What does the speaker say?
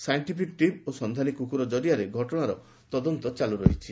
scientific team ଓ ସନ୍ଧାନୀ କୁକୁର ଜରିଆରେ ଘଟଣାର ତଦନ୍ତ ଚାଲ୍ପ ରହିଛି